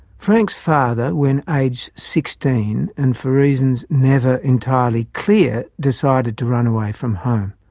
frank's father, when aged sixteen, and for reasons never entirely clear, decided to run away from home.